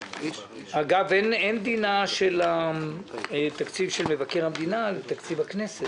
אין דינה של תקציב של מבקר המדינה לתקציב הכנסת,